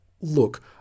look